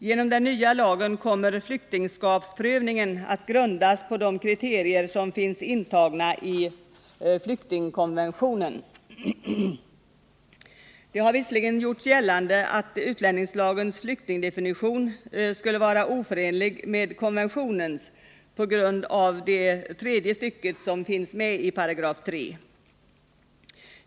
Genom den nya lagen kommer flyktingskapsprövningen att grundas på de kriterier som finns intagna i flyktingkonventionen. Det har visserligen gjorts gällande att utlänningslagens flyktingdefinition skulle vara oförenlig med konventionens på grund av 3 § tredje stycket.